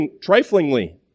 triflingly